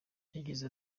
yagize